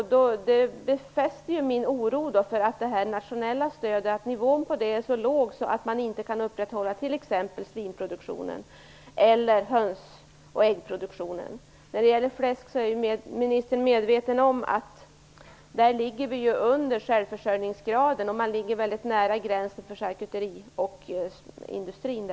Det befäster min oro för att nivån på det nationella stödet är så låg att man t.ex. inte kan upprätthålla svinproduktionen eller höns och äggproduktionen. När det gäller fläsk är ju ministern medveten om att vi ligger under självförsörjningsgraden. Charkuteriindustrin där uppe ligger väldigt nära gränsen.